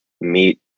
meet